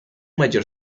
mayor